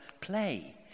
play